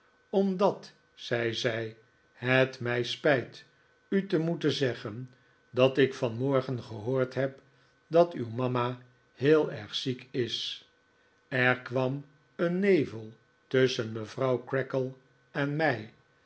omdat zei zij het mij spijt u te moeten zeggen dat ik vanmorgen gehoord heb dat uw mama heel erg ziek is er kwam een nevel tusschen mevrouw creakle en mij